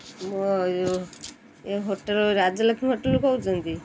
ମୁଁ ଏ ହୋଟେଲ ରାଜଲକ୍ଷ୍ମୀ ହୋଟେଲରୁ କହୁଛନ୍ତି